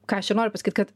ką aš ir noriu pasakyt kad